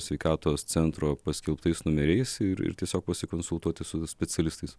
sveikatos centro paskelbtais numeriais ir ir tiesiog pasikonsultuoti su specialistais